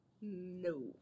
No